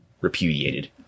repudiated